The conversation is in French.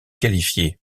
qualifié